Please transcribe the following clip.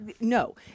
no